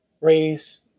raise